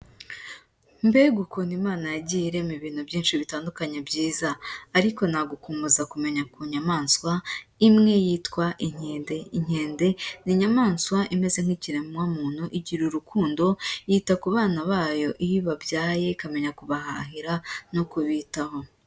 Mbega ukuntu Imana yagiye irema ibintu byinshi bitandukanye byiza! ariko nagukumbuza kumenya ku nyamaswa imwe yitwa inkende, inkende ni inyamaswa imeze nk'ikiremwamuntu, igira urukundo, yita ku bana bayo iyo ibabyaye ikamenya kubahahira no kubitaho.